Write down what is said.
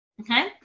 Okay